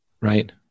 right